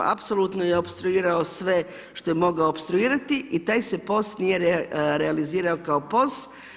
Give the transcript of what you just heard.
Apsolutno je opstruirao sve što je mogao opstruirati i taj se POS nije realizirao kao POS.